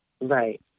Right